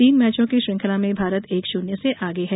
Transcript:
तीन मैचों की श्रृंखला में भारत एक शून्य से आगे है